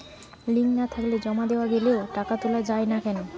Link না থাকলে জমা দেওয়া গেলেও টাকা তোলা য়ায় না কেন?